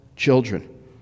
Children